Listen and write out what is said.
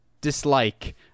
dislike